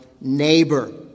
neighbor